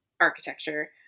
architecture